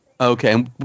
Okay